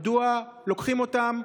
מדוע לוקחים אותם,